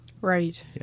right